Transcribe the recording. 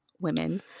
women